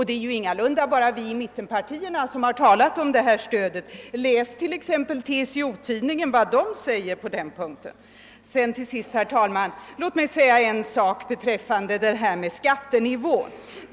Det är ingalunda bara i mitt parti som vi talar om detta stöd läs t.ex. vad TCO-Tidningen skriver om den saken! Låt mig sedan säga en sak beträffande skattenivån!